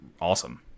awesome